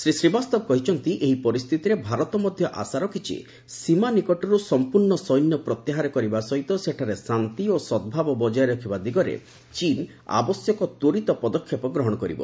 ଶ୍ରୀ ଶ୍ରୀବାସ୍ତବ କହିଛନ୍ତି ଏହି ପରିସ୍ଥିତିରେ ଭାରତ ମଧ୍ୟ ଆଶା ରଖିଛି ସୀମା ନିକଟରୁ ସମ୍ପର୍ଣ୍ଣ ସୈନ୍ୟ ପ୍ରତ୍ୟାହାର କରିବା ସହିତ ସେଠାରେ ଶାନ୍ତି ଓ ସଦ୍ଭାବ ବଜାୟ ରଖିବା ଦିଗରେ ଚୀନ୍ ଆବଶ୍ୟକ ତ୍ୱରିତ ପଦକ୍ଷେପ ଗ୍ରହଣ କରିବ